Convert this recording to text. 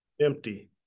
Empty